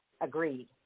agreed